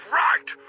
right